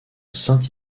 saint